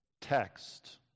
text